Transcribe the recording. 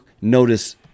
notice